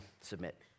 submit